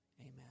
amen